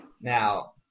Now